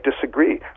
disagree